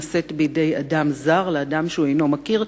כשתרומת איברים נעשית מאדם זר לאדם שהוא אינו מכיר,